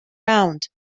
round